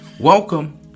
Welcome